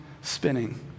spinning